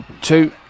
two